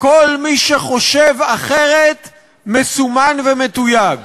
כל מי שחושב אחרת מסומן ומתויג.